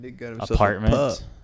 Apartment